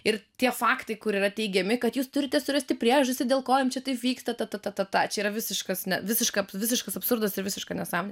ir tie faktai kur yra teigiami kad jūs turite surasti priežastį dėl ko jum čia taip vyksta ta ta ta čia yra visiškas visiškas visiškas absurdas ir visiška nesąmonė